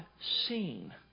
seen